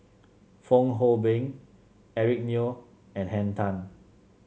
Fong Hoe Beng Eric Neo and Henn Tan